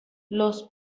los